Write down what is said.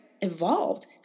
evolved